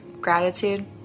gratitude